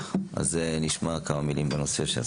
אז נשמע כמה מילים בנושא.